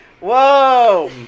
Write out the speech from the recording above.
Whoa